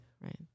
Right